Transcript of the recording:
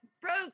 broke